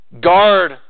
guard